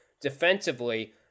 defensively